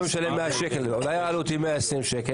אתה משלם 100 שקלים, אולי העלות היא 120 שקלים?